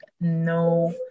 no